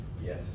Yes